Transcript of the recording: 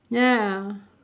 ya